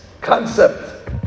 concept